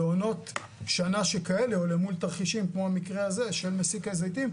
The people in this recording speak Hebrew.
בעונות שנה שכאלה או למול תרחישים כמו המקרה הזה של מסיק הזיתים,